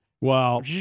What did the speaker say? Wow